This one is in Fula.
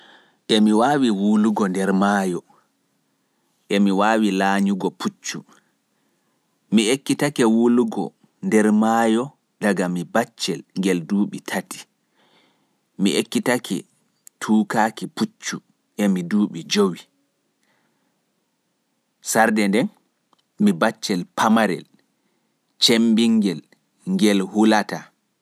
Emi wawi wulugo nder maayo, emi waawi laanyugo puccu.mi ekkitake. Mi ekkitake wulugo daga mi baccel ngel duuɓi tati(three years). Mi ekkitake tukaaki puccu emi duuɓi jowi(five yrs)